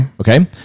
Okay